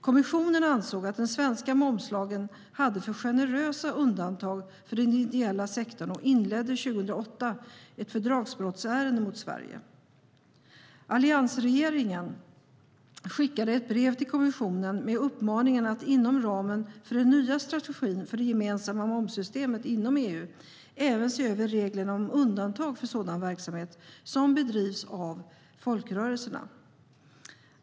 Kommissionen ansåg att den svenska momslagen hade för generösa undantag för den ideella sektorn och inledde 2008 ett fördragsbrottsärende mot Sverige. Alliansregeringen skickade ett brev till kommissionen med uppmaning att inom ramen för den nya strategin för det gemensamma momssystemet inom EU även se över reglerna om undantag för sådan verksamhet som bedrivs av folkrörelserna.